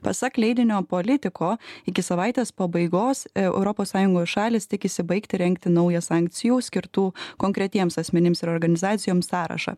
pasak leidinio politiko iki savaitės pabaigos europos sąjungos šalys tikisi baigti rengti naują sankcijų skirtų konkretiems asmenims ir organizacijoms sąrašą